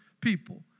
people